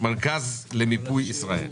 מרכז למיפוי ישראל.